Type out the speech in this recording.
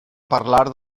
parlar